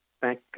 Thank